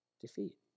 Defeat